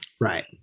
right